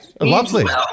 Lovely